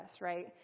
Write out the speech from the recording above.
right